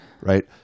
Right